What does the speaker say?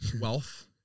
Wealth